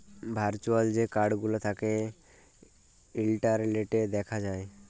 virtual যে card গুলা থ্যাকে ইলটারলেটে দ্যাখা যায়